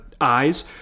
eyes